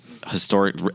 Historic